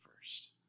first